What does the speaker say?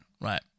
right